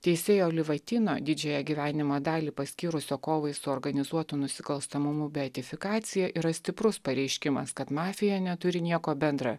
teisėjo livatino didžiąją gyvenimo dalį paskyrusio kovai su organizuotu nusikalstamumu beatifikacija yra stiprus pareiškimas kad mafija neturi nieko bendra